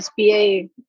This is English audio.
SBA